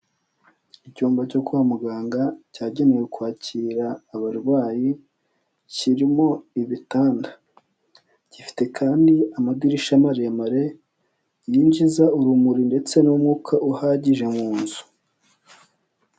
Icyumba cyo kwa muganga cyagenewe kwakira abarwayi ,kirimo ibitanda. Gifite kandi amadirishya maremare, yinjiza urumuri ndetse n'umwuka uhagije mu nzu.